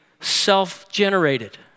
self-generated